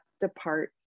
depart